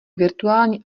virtuální